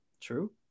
True